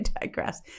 digress